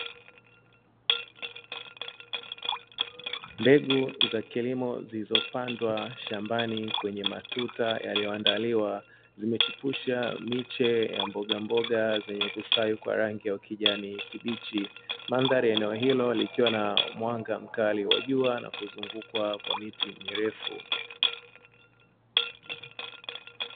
Mbegu za kilimo zilizopandwa shambani kwenye matuta yaliyo andaliwa zimechipusha miche ya mboga mboga zenye kustawi kwa rangi ya ukijani kibichi. Mandhari ya eneo hilo likiwa na mwanga mkali wa jua na kuzungukwa kwa miti mirefu.